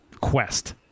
quest